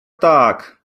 tak